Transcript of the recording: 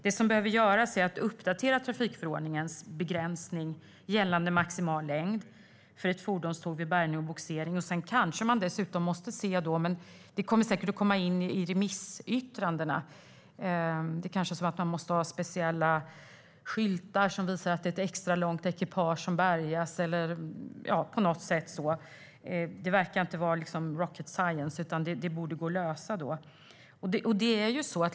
Det som behöver göras är att uppdatera trafikförordningens begränsning gällande maximal längd för ett fordonståg vid bärgning och bogsering. Sedan kanske man dessutom måste ha speciella skyltar eller på annat sätt visa att det är ett extra långt ekipage som bärgas. Men detta kommer säkert att komma in i remissyttrandena. Det verkar inte vara rocket science, utan det borde gå att lösa.